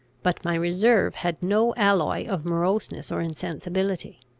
but my reserve had no alloy of moroseness or insensibility.